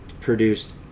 produced